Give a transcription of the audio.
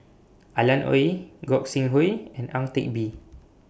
Alan Oei Gog Sing Hooi and Ang Teck Bee